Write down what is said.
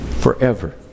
Forever